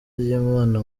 ry’imana